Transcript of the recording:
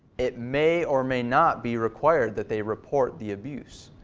it may or may not be require that they report the abuse.